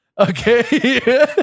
Okay